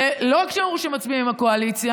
ולא רק שאמרו שהם מצביעים עם הקואליציה,